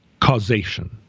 causation